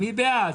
לא זה מה שאמרתי.